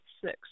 six